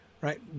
Right